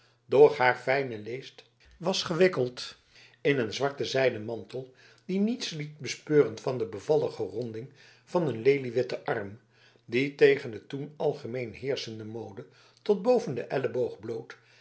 doch haar fijne leest was gewikkeld in een zwarten zijden mantel die niets liet bespeuren dan de bevallige ronding van een leliewitten arm die tegen de toen algemeen heerschende mode tot boven den elleboog bloot